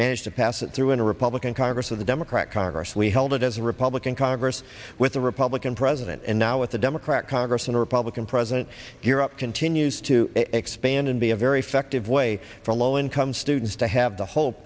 managed to pass it through in a republican congress with a democrat congress we held it as a republican congress with a republican president and now with a democrat congress and a republican president europe continues to expand and be a very effective way for low income students to have the ho